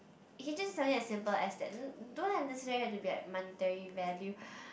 it can just something simple as that don't have necessarily have to be like monetary value